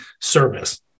service